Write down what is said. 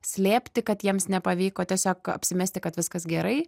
slėpti kad jiems nepavyko tiesiog apsimesti kad viskas gerai